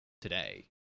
today